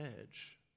edge